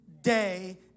day